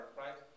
right